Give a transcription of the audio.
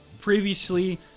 previously